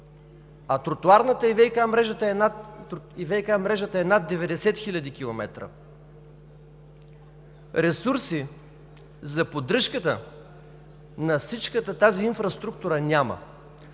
а тротоарната и ВиК мрежата е над 90 хил. км. Ресурси за поддръжката на всичката тази инфраструктура няма,